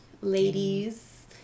ladies